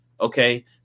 okay